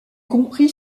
comprit